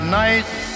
nice